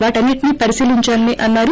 వాటన్నించిని పరిశీలిందాలని అన్నారు